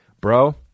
bro